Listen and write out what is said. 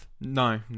No